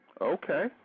Okay